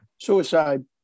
Suicide